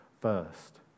first